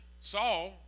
Saul